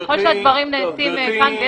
ככל שהדברים נעשים כאן,